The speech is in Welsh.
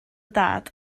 dad